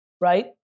right